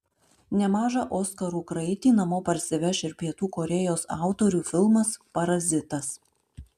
nemažą oskarų kraitį namo parsiveš ir pietų korėjos autorių filmas parazitas